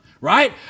right